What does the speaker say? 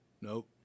Nope